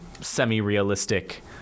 semi-realistic